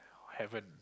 heaven